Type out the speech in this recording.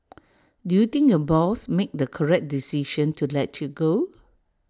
do you think your boss made the correct decision to let you go